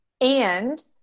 And-